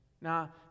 Now